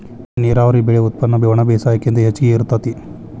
ನೇರಾವರಿ ಬೆಳೆ ಉತ್ಪನ್ನ ಒಣಬೇಸಾಯಕ್ಕಿಂತ ಹೆಚಗಿ ಇರತತಿ